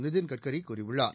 நிதின் கட்கரி கூறியுள்ளார்